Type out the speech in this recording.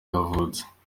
yavutse